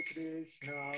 Krishna